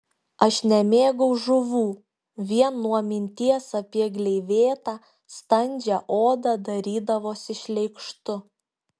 aš nemėgau žuvų vien nuo minties apie gleivėtą standžią odą darydavosi šleikštu